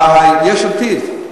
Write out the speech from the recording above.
יש עתיד.